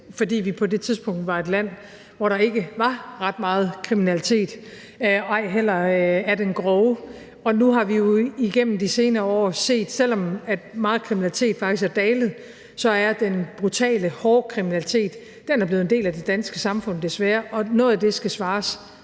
fordi vi på det tidspunkt var et land, hvor der ikke var ret meget kriminalitet, ej heller af den grove slags. Nu har vi jo igennem de senere år set, at selv om meget af kriminaliteten faktisk er dalet, så er den brutale, hårde kriminalitet desværre blevet en del af det danske samfund, og noget af det skal besvares